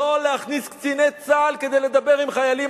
לא להכניס קציני צה"ל כדי לדבר עם חיילים